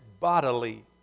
bodily